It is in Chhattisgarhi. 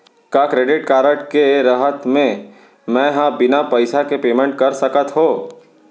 का क्रेडिट कारड के रहत म, मैं ह बिना पइसा के पेमेंट कर सकत हो?